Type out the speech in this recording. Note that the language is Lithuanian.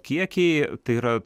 kiekiai tai yra